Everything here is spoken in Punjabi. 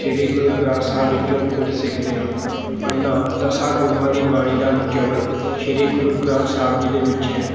ਸ਼੍ਰੀ ਗੁਰੂ ਗ੍ਰੰਥ ਸਾਹਿਬ ਵਿੱਚੋਂ ਕੁਝ ਸਿੱਖਦੇ ਹਾਂ ਉਨ੍ਹਾਂ ਦਸਾਂ ਗੁਰੂਆਂ ਦੀ ਬਾਣੀ ਦਾ ਨਿਚੋੜ ਸ਼੍ਰੀ ਗੁਰੂ ਗ੍ਰੰਥ ਸਾਹਿਬ ਜੀ ਦੇ ਵਿੱਚ ਹੈ